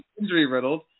injury-riddled